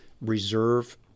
reserve